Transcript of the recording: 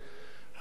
המאחזים